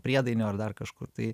priedainio ar dar kažko tai